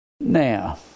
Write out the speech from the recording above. Now